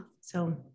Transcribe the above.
So-